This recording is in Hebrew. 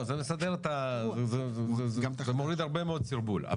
זה לסדר, זה מוריד הרבה מאוד סרבול.